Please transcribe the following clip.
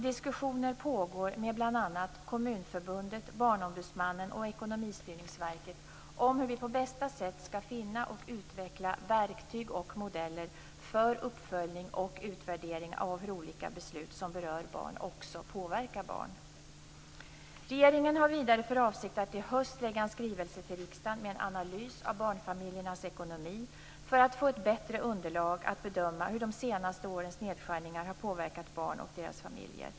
Diskussioner pågår med bl.a. Kommunförbundet, Barnombudsmannen och Ekonomistyrningsverket om hur vi på bästa sätt skall finna och utveckla verktyg och modeller för uppföljning av hur olika beslut som berör barn också påverkar barn. Regeringen har vidare för avsikt att i höst lägga fram en skrivelse till riksdagen med en analys av barnfamiljernas ekonomi för att få ett bättre underlag att bedöma hur de senaste årens nedskärningar har påverkat barn och deras familjer.